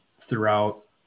throughout